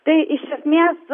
tai iš esmės